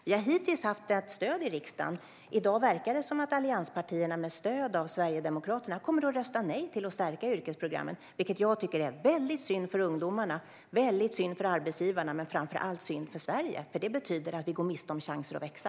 Vi har hittills haft stöd i riksdagen, men i dag verkar det som att allianspartierna med stöd av Sverigedemokraterna kommer att rösta nej till att stärka yrkesprogrammen, vilket jag tycker är väldigt synd för ungdomarna och arbetsgivarna och framför allt synd för Sverige. Det betyder att vi går miste om chanser att växa.